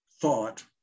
thought